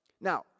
Now